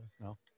no